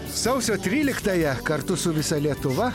sausio tryliktąją kartu su visa lietuva